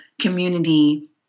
community